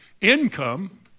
income